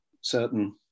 certain